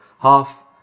half